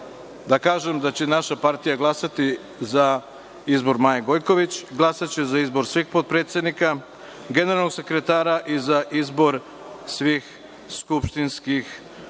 da kažem da će naša partija glasati za izbor Maje Gojković, glasaće za izbor svih potpredsednika, generalnog sekretara i za izbor svih skupštinskih odbora. Nema